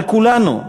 על כולנו,